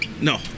No